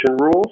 rules